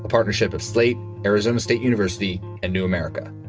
partnership of slate, arizona state university and new america.